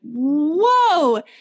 Whoa